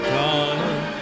time